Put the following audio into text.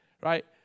right